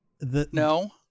No